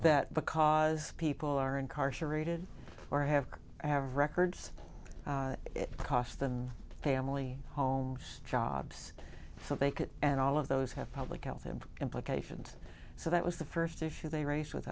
that the cars people are incarcerated or have have records it cost them family home jobs so they could and all of those have public health implications so that was the first issue they raced with